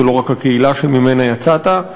זו לא רק הקהילה שממנה יצאת.